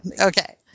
Okay